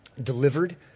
delivered